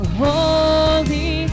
holy